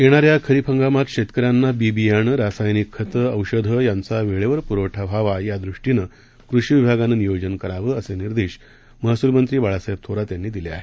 येणाऱ्या खरीप हंगामात शेतकऱ्यांना बी बियाणं रासायनिक खतं औषधं यांचा वेळेवर पुरवठा व्हावा यादृष्टीनं कृषी विभागानं नियोजन करावं असे निर्देश महसूल मंत्री बाळासाहेब थोरात यांनी दिले आहेत